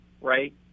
right